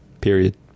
period